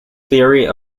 theory